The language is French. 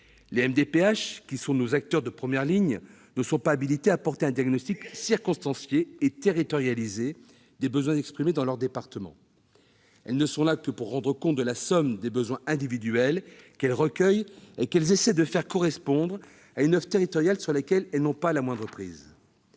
les MDPH, qui sont nos acteurs de première ligne, ne sont pas habilitées à porter un diagnostic circonstancié et territorialisé des besoins exprimés dans leur département. Elles ne sont là que pour rendre compte de la somme des besoins individuels qu'elles recueillent et qu'elles essaient de faire correspondre à une offre territoriale sur laquelle elles n'ont pas la moindre prise.